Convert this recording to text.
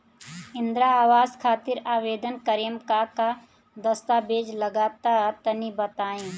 इंद्रा आवास खातिर आवेदन करेम का का दास्तावेज लगा तऽ तनि बता?